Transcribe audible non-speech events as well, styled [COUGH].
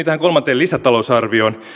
[UNINTELLIGIBLE] tähän kolmanteen lisätalousarvioon